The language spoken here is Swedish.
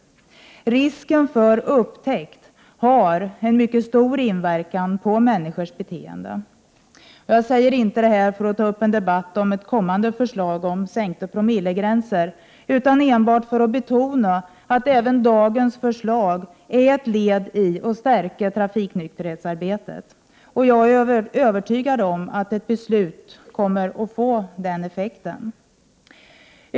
Risken för upptäckt har stor inverkan på människors beteende. Jag säger inte detta för att ta upp en debatt om ett kommande förslag om sänkta promillegränser utan enbart för att betona att även dagens förslag är ett led i strävandena att stärka trafiknykterhetsarbetet. Och jag är övertygad om att ett beslut kommer att få den effekten.